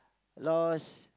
lost